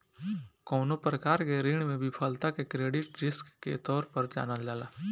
कवनो प्रकार के ऋण में विफलता के क्रेडिट रिस्क के तौर पर जानल जाला